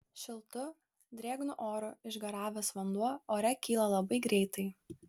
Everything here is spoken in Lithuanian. šiltu drėgnu oru išgaravęs vanduo ore kyla labai greitai